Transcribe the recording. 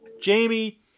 Jamie